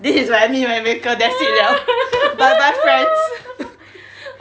this is where I meet my maker that's it liao bye bye friends